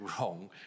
wrong